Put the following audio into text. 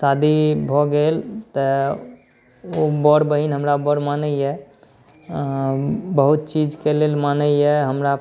शादी भऽ गेल तऽ ओ बड़ बहिन हमरा बड़ मानैया बहुत चीजके लेल मानैयाहमरा